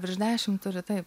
virš dešimt turi taip